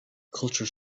culture